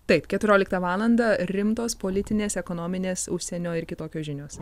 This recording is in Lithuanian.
taip keturioliktą valandą rimtos politinės ekonominės užsienio ir kitokios žinios